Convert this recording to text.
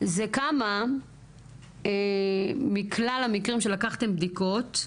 זה כמה מכלל המקרים שלקחתם בדיקות,